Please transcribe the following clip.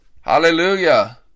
Hallelujah